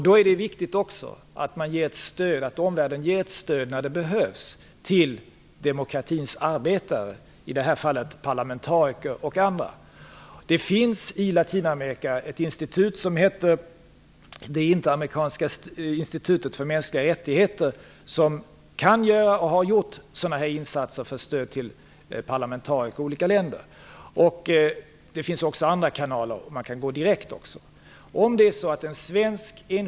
Då är det också viktigt att omvärlden ger ett stöd när det behövs till demokratins arbetare, i det här fallet parlamentariker och andra. Det finns i Latinamerika ett institut som heter De kan göra och har gjort den här typen av insatser för stöd till parlamentariker i olika länder. Det finns också andra mer direkta kanaler.